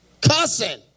Cussing